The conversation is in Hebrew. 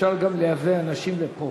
שאפשר גם לייבא אנשים לפה.